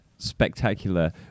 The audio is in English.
spectacular